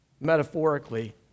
Metaphorically